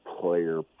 player